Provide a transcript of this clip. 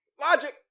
logic